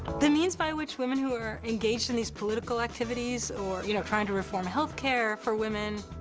the means by which women who are engaged in these political activities or you know trying to reform healthcare for women,